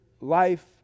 life